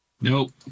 Nope